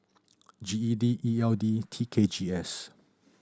G E D E L D T K G S